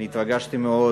ואני התרגשתי מאוד.